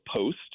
post